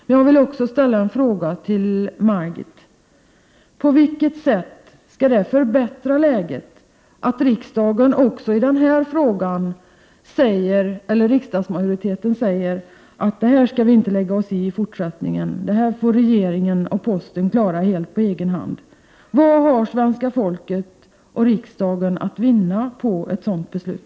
Låt mig avslutningsvis få ställa följande fråga till Margit Sandéhn: På vilket sätt skall det förbättra läget att riksdagsmajoriteten också i denna fråga säger att vi inte skall lägga oss i det här i fortsättningen, utan att regeringen och posten får klara det på egen hand? Vad har svenska folket och riksdagen att vinna på ett sådant beslut?